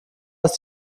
ist